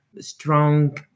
strong